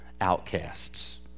outcasts